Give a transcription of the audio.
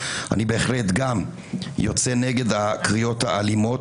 גם אני בהחלט יוצא נגד הקריאות האלימות,